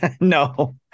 No